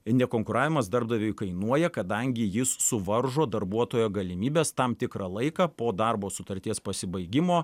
nekonkuravimas darbdaviui kainuoja kadangi jis suvaržo darbuotojo galimybes tam tikrą laiką po darbo sutarties pasibaigimo